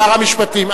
שר המשפטים,